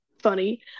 funny